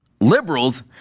liberals